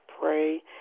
pray